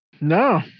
No